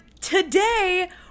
today